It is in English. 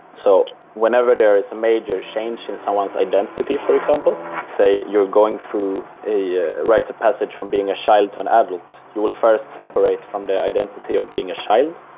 so whenever there is a major change in someone's identity, for example, say you are going through a a rites of passage from being a child to an adult, you will first separate from the identity of being a child,